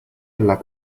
alla